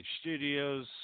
studios